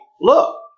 look